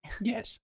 Yes